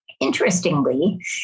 Interestingly